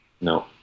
No